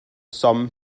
sum